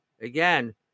again